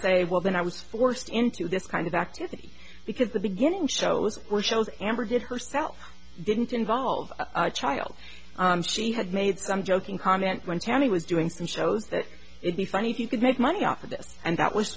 say well then i was forced into this kind of activity because the beginning shows were shows amber did herself didn't involve a child she had made some joking comment when tammy was doing some shows that it be funny if you could make money off of this and that was